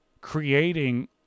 creating